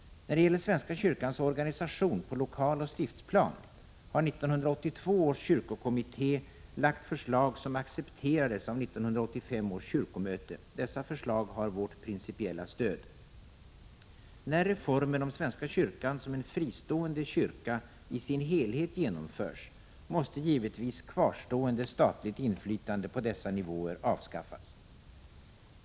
När det gäller svenska kyrkans organisation på lokaloch stiftsplan har 1982 års kyrkokommitté lagt förslag som accepterades av 1985 års kyrkomöte. Dessa förslag har vårt principiella stöd. När reformen om svenska kyrkan som en fristående kyrka i sin helhet genomförs måste givetvis kvarstående statligt inflytande på dessa nivåer avskaffas.